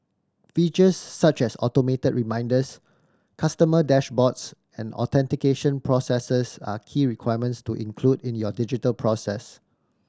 features such as automated reminders customer dashboards and authentication processes are key requirements to include in your digital process